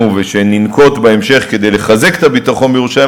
ושננקוט בהמשך כדי לחזק את הביטחון בירושלים,